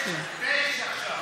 זה פשע.